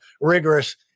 rigorous